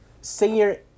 senior